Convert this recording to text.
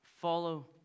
Follow